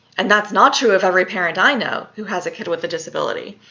and that's not true of every parent i know who has a kid with a disability